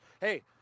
Hey